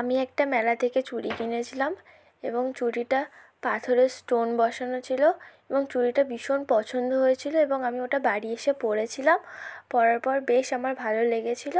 আমি একটা মেলা থেকে চুড়ি কিনেছিলাম এবং চুড়িটা পাথরের স্টোন বসানো ছিল এবং চুড়িটা ভীষণ পছন্দ হয়েছিল এবং আমি ওটা বাড়ি এসে পরেছিলাম পরার পর বেশ আমার ভালো লেগেছিল